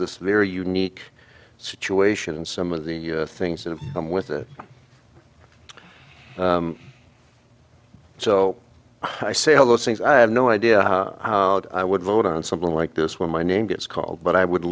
this very unique situation and some of the things that i'm with that so i say all those things i have no idea how i would vote on something like this when my name gets called but i would